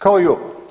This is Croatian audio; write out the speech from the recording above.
Kao i ovo.